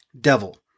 Devil